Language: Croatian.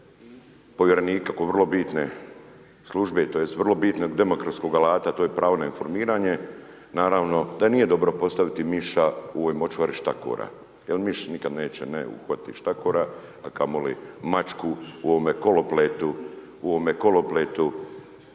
povjerenika, kod vrlo bitne službe tj. vrlo bitnog demokratskog alata, to je pravo na informiranje, naravno da nije dobro postaviti miša u ovoj močvari štakora jer miš nikad neće uhvatiti štakora a kamoli mačku u ovom kolopletu zatvorenog